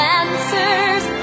answers